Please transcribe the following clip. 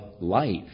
life